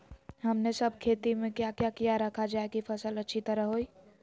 हमने सब खेती में क्या क्या किया रखा जाए की फसल अच्छी तरह होई?